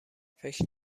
فکر